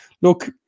look